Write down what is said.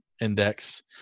index